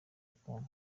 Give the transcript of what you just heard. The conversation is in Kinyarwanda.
akundwa